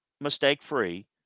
mistake-free